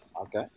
Okay